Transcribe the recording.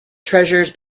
treasure